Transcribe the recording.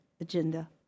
agenda